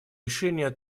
решения